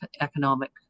economic